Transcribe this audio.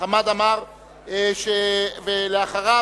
אחריו,